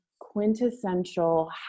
quintessential